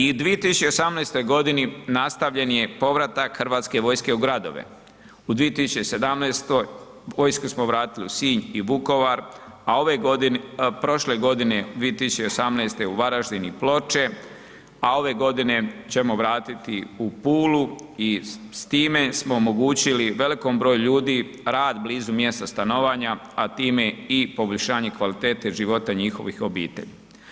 I u 2018. godini nastavljen je povratak Hrvatske vojske u gradove, u 2017. vojsku smo vratili u Sinj i Vukovar, a ove godine, prošle godine 2018. u Varaždin i Ploče, a ove godine ćemo vratiti u Pulu i s time smo omogućili velikom broju ljudi rad blizu mjesta stanovanja, a time i poboljšanje kvalitete života njihovih obitelji.